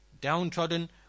downtrodden